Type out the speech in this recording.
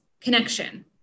connection